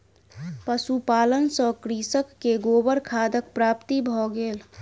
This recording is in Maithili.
पशुपालन सॅ कृषक के गोबर खादक प्राप्ति भ गेल